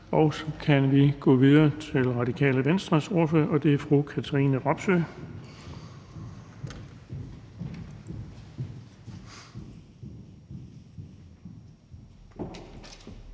Så kan vi gå videre til Radikale Venstres ordfører, og det er fru Katrine Robsøe.